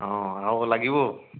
অঁ আৰু লাগিব